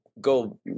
go